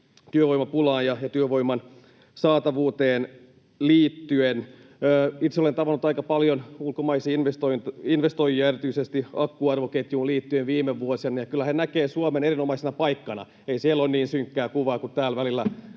työvoimapulaan ja työvoiman saatavuuteen liittyen. Itse olen viime vuosina tavannut aika paljon ulkomaisia investoijia erityisesti akkuarvoketjuun liittyen, ja kyllä he näkevät Suomen erinomaisena paikkana. Ei siellä ole niin synkkää kuvaa kuin täällä välillä